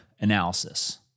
analysis